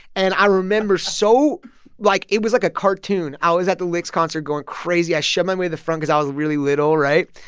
and i remember so like, it was, like, a cartoon. i was at tha liks concert going crazy. i shoved my way to the front because i was really little, right?